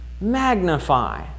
Magnify